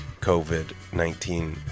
COVID-19